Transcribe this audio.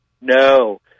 No